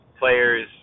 players